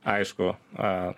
aišku a